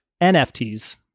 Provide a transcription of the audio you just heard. nfts